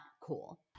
cool